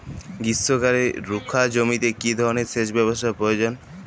গ্রীষ্মকালে রুখা জমিতে কি ধরনের সেচ ব্যবস্থা প্রয়োজন?